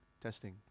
Testing